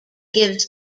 gives